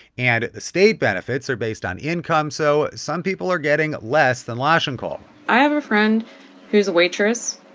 and the state benefits are based on income, so some people are getting less than loshonkohl i have a friend who's a waitress,